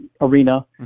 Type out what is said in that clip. arena